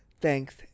Thanks